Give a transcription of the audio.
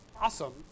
awesome